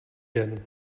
žen